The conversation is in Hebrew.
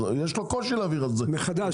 יש לו קושי להעביר את זה מחדש.